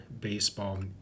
baseball